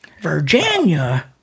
Virginia